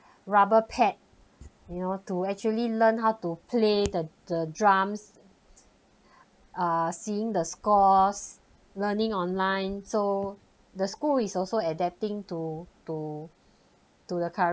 rubber pad you know to actually learn how to play the the drums uh seeing the scores learning online so the school is also adapting to to to the current